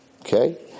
Okay